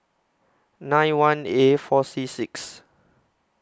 nine one A four C six